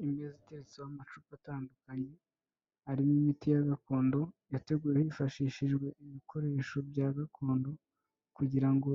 Imeza iteretseho amacupa atandukanye arimo imiti ya gakondo, yateguwe hifashishijwe ibikoresho bya gakondo kugira ngo